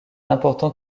important